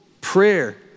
prayer